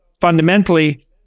fundamentally